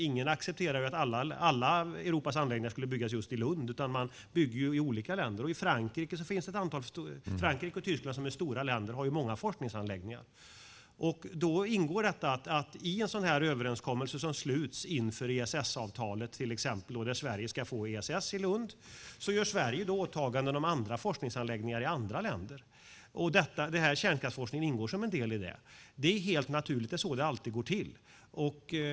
Ingen accepterar att alla Europas anläggningar skulle byggas just i Lund, utan de ligger i olika länder. Frankrike och Tyskland som är stora länder har många forskningsanläggningar. Det ingår i en sådan överenskommelse som sluts inför ESS-avtalet där Sverige ska få ESS i Lund att Sverige gör åtaganden i forskningsanläggningar i andra länder, och kärnkraftsforskning ingår som en del i det. Det är naturligt. Det är så det alltid går till.